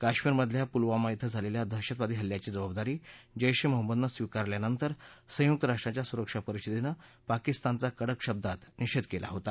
कश्मीरमधल्या पुलवामा इथं झालेल्या दहशतवादी हल्ल्याची जबाबदारी जैश ए महम्मदनं स्वीकारल्यानंतर संयुक राष्ट्रांच्या सुरक्षा परिषदेनं पाकिस्तानचा कडक शब्दात निषेध केला होता